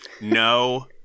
No